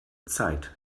zeit